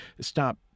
Stop